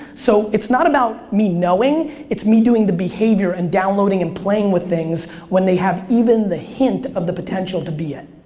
so it's not about me knowing it's me doing the behavior and downloading and playing with things when they have even the hint of the potential to be it.